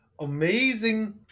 amazing